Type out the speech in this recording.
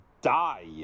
die